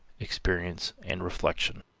experience and reflection.